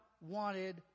wanted